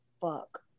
fuck